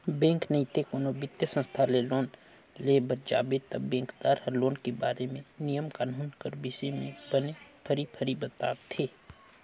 bank नइते कोनो बित्तीय संस्था में लोन लेय बर जाबे ता बेंकदार हर लोन के बारे म नियम कानून कर बिसे में बने फरी फरी बताथे